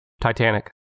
Titanic